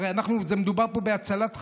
הרי מדובר פה בהצלת חיים,